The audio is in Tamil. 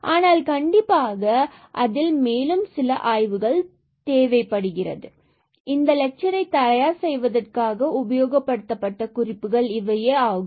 ஆனால் கண்டிப்பாக இதில் மேலும் சில ஆய்வுகள் தேவைப்படுகிறது இந்த லெட்சரை தயார் செய்வதற்காக உபயோகப்படுத்தப்பட்ட குறிப்புகள் இவையே ஆகும்